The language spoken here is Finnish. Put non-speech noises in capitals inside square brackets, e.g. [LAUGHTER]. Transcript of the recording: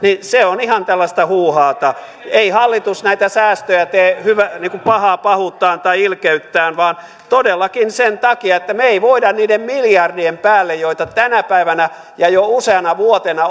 on ihan tällaista huuhaata ei hallitus näitä säästöjä tee niin kuin pahaa pahuuttaan tai ilkeyttään vaan todellakin sen takia että me emme voi niiden miljardien päälle joita tänä päivänä otetaan vuosittain on jo useana vuotena [UNINTELLIGIBLE]